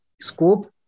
scope